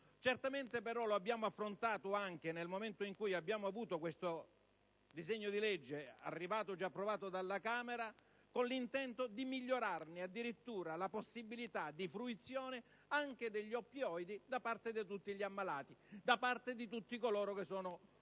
Certamente, però, lo abbiamo affrontato anche nel momento in cui abbiamo ricevuto questo disegno di legge, già approvato dalla Camera, con l'intento di migliorare addirittura la possibilità di fruizione, anche degli oppioidi, da parte di tutti gli ammalati e di tutti coloro che sono colpiti